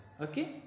okay